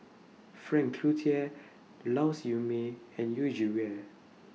Frank Cloutier Lau Siew Mei and Yu Zhuye